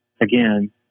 again